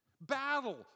Battle